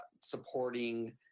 supporting